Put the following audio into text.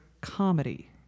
comedy